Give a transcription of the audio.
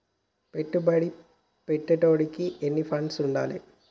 పెట్టుబడి పెట్టేటోనికి ఎన్ని ఫండ్స్ ఉండాలే?